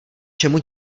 čemu